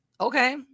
Okay